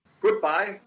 Goodbye